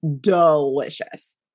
delicious